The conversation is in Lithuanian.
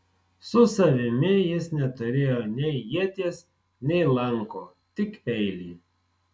su savimi jis neturėjo nei ieties nei lanko tik peilį